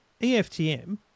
EFTM